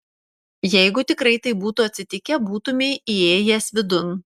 jeigu tikrai taip būtų atsitikę būtumei įėjęs vidun